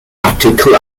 artikel